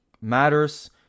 Matters